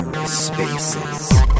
Spaces